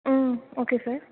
ம் okay sir